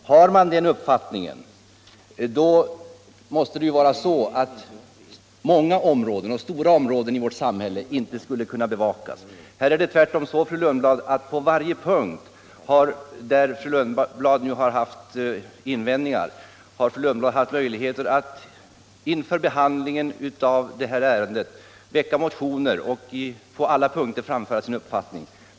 Har man den uppfattningen måste man också ha den meningen att det finns många och stora områden i vårt samhälle som inte skulle kunna bevakas. Här är det tvärtom så att på varje punkt där fru Lundblad har haft invändningar har fru Lundblad haft möjligheter att, inför behandlingen av det här ärendet, väcka motioner och framföra sin uppfattning.